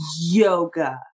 yoga